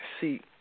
See